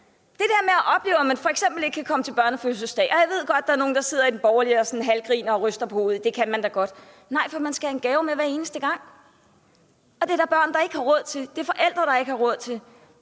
være i forhold til at opleve, at man f.eks. kan komme til børnefødselsdag, og jeg ved godt, at der er nogle af de borgerlige, der sidder og sådan halvgriner og ryster på hovedet, og siger, at det kan man da godt. Men nej, for man skal have en gave med hver eneste gang, og det er der børn, der ikke har råd til, det er der forældre, der ikke har råd til.